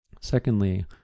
Secondly